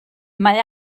mae